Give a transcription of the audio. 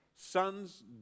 sons